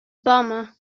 bummer